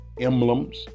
emblems